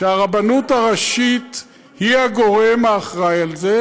שהרבנות הראשית היא הגורם האחראי לו,